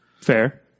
Fair